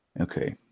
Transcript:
Okay